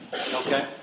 Okay